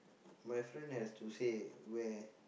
my friend has to say where